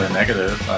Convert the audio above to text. negative